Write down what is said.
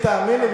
תאמינו,